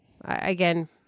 Again